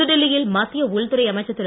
புதுடில்லி யில் மத்திய உள்துறை அமைச்சர் திரு